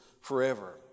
forever